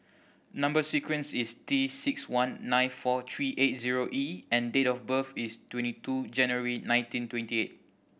number sequence is T six one nine four three eight zero E and date of birth is twenty two January nineteen twenty eight